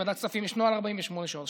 ובוועדת כספים יש נוהל 48 שעות.